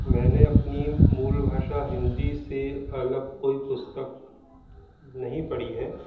मैंने अपनी मूल भाषा हिंदी से अलग कोई पुस्तक नहीं पढ़ी है